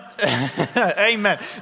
Amen